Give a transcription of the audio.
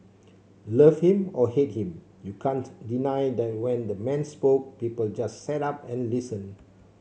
love him or hate him you can't deny that when the man spoke people just sat up and listened